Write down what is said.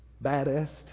Baddest